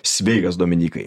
sveikas dominykai